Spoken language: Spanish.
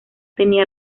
tenía